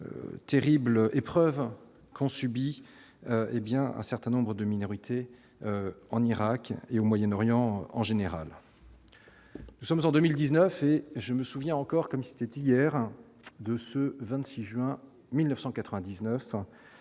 terrible épreuve qu'on subit, hé bien un certain nombre de minorités en Irak et au Moyen-Orient, en général, nous sommes en 2019, et je me souviens encore comme si c'était hier, de ce 26 juin 1999